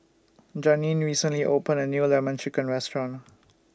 Janeen recently opened A New Lemon Chicken Restaurant